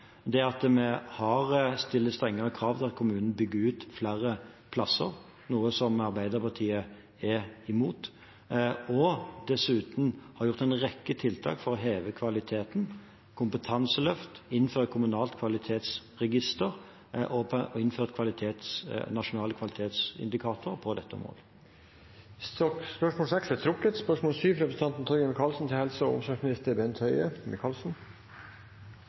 Vi stiller strengere krav til at kommunen bygger ut flere plasser, noe som Arbeiderpartiet er imot. Vi har dessuten gjort en rekke tiltak for å heve kvaliteten – kompetanseløft, innføring av kommunalt kvalitetsregister og innført nasjonale kvalitetsindikatorer på dette området. Dette spørsmålet er trukket tilbake. «Regjeringen har brukt uforholdsmessig mye tid, ressurser og